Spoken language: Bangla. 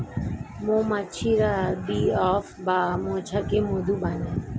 মৌমাছিরা বী হাইভ বা মৌচাকে মধু বানায়